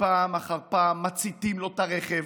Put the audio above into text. ופעם אחר פעם מציתים לו את הרכב,